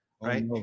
right